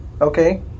Okay